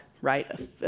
right